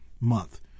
month